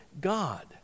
God